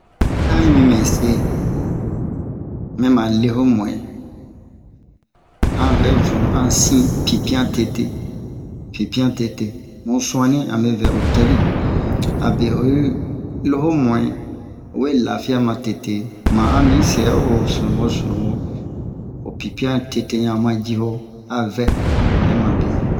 tan yimi mɛ se mɛma le ho mu'ɛn an vɛ vunu an sin pinpiyan tete pinpiyan tete mu su'anni amɛ vɛ otɛli abe oyi lo ho mu'ɛn o we lafiya matete ma'an mi sɛ'o sunuwo sunuwo ho pinpiyan tete ɲan o ma ji ho a vɛ obɛ mabe le